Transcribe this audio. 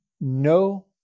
no